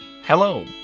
Hello